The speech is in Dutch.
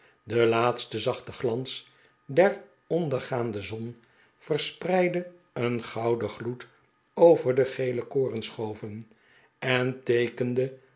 de jaatste zachte glans der ondergaande zon verspreidde een gouden gloed over de gele korenschoven en teekende